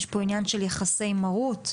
יש פה עניין של יחסי מרות.